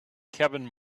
kevin